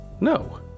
No